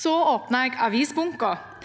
Så åpnet jeg avisbunken.